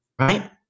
Right